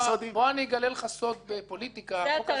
זה התרגיל.